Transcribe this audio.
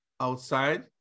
outside